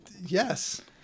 Yes